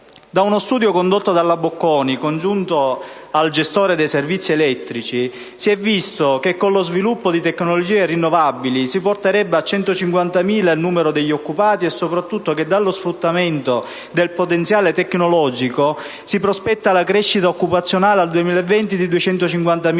Da uno studio condotto dall'università Bocconi, congiunto al gestore dei servizi elettrici, si è visto che con lo sviluppo di tecnologie rinnovabili si porterebbe a 150.000 il numero degli occupati e soprattutto che, dallo sfruttamento del potenziale tecnologico, si prospetta la crescita occupazionale al 2020 di 250.000